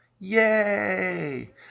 Yay